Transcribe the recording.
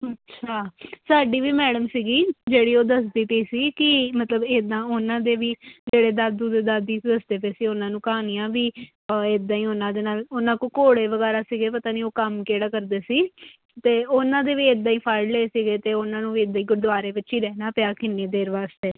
ਅੱਛਾ ਸਾਡੀ ਵੀ ਮੈਡਮ ਸੀਗੀ ਜਿਹੜੀ ਉਹ ਦੱਸਦੀ ਪਈ ਸੀ ਕਿ ਮਤਲਬ ਇੱਦਾਂ ਉਹਨਾਂ ਦੇ ਜਿਹੜੇ ਦਾਦੂ ਅਤੇ ਦਾਦੀ ਦੱਸਦੇ ਪਏ ਸੀ ਉਹਨਾਂ ਨੂੰ ਕਹਾਣੀਆਂ ਬਈ ਇੱਦਾਂ ਹੀ ਉਹਨਾਂ ਦੇ ਨਾਲ ਉਹਨਾਂ ਕੋਲ ਘੋੜੇ ਵਗੈਰਾ ਸੀਗੇ ਪਤਾ ਨਹੀਂ ਉਹ ਕੰਮ ਕਿਹੜਾ ਕਰਦੇ ਸੀ ਅਤੇ ਉਹਨਾਂ ਦੇ ਵੀ ਇੱਦਾਂ ਹੀ ਫੜ ਲਏ ਸੀਗੇ ਅਤੇ ਉਹਨਾਂ ਨੂੰ ਇੱਦਾਂ ਹੀ ਗੁਰਦੁਆਰੇ 'ਚ ਰਹਿਣਾ ਪਿਆ ਕਿੰਨੀ ਦੇਰ ਵਾਸਤੇ